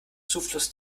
zufluss